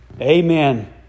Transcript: amen